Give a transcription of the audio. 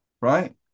right